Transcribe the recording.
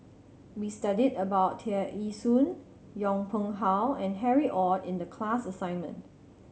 we studied about Tear Ee Soon Yong Pung How and Harry Ord in the class assignment